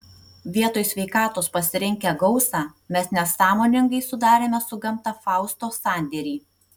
vietoj sveikatos pasirinkę gausą mes nesąmoningai sudarėme su gamta fausto sandėrį